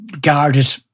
guarded